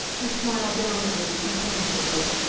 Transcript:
he smiled down at me, companionably.